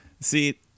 See